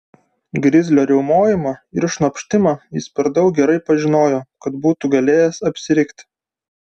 grizlio riaumojimą ir šnopštimą jis per daug gerai pažinojo kad būtų galėjęs apsirikti